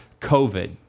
COVID